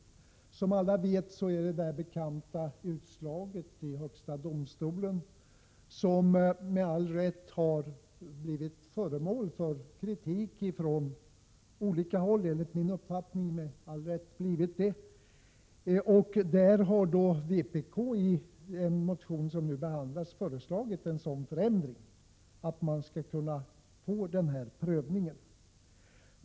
Som alla vet, har ett utslag i högsta domstolen blivit föremål för kritik från olika håll, enligt min mening med all rätt. I en motion som nu behandlas har vpk föreslagit en sådan förändring att även andrahandshyror skulle bli föremål för prövning.